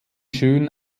schön